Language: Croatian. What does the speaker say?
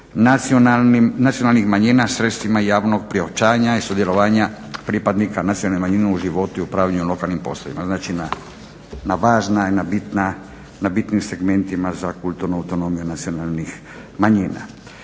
nacionalnih manjina sredstvima javnog priopćajna i sudjelovanja pripadnika nacionalne manjine u životu i upravljanju lokalnim poslovima. Znači, jedna važna, jedna bitna, na bitnim segmentima za kulturnu autonomiju nacionalnih manjina.